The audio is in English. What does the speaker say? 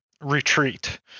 retreat